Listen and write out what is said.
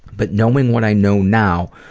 but knowing what i know now,